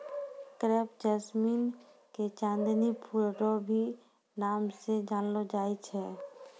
crepe jasmine के चांदनी फूल रो भी नाम से जानलो जाय छै